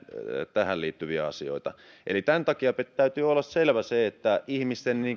tähän liittyviä asioita eli tämän takia täytyy olla selvä se että ihmisten